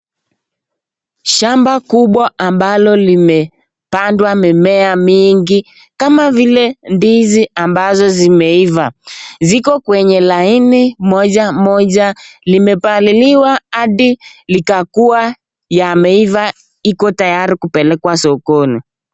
Shamba kubwa ambalo limepandwa mimmea mingi kama vile ndizi ambazo zimeiva, ziko kwenye laini mojamoja limebaliliwa hadi likakua yameiva iko tayari kupelekwa sokoni.